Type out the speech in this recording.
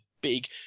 big